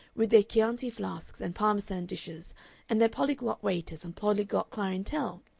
with their chianti flasks and parmesan dishes and their polyglot waiters and polyglot clientele,